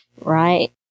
Right